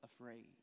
afraid